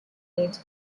aid